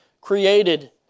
created